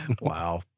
Wow